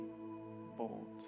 bold